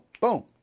boom